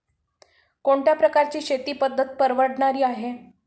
कोणत्या प्रकारची शेती पद्धत परवडणारी आहे?